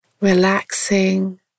relaxing